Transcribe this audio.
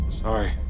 Sorry